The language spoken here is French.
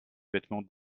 vêtements